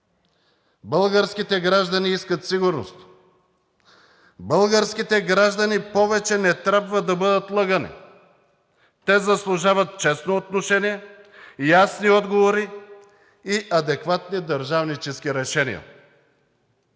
Българските граждани искат сигурност. Българските граждани повече не трябва да бъдат лъгани. Те заслужават честно отношение, ясни отговори и адекватни държавнически решения.